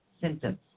symptoms